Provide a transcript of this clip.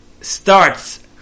starts